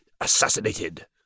assassinated